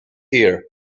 ear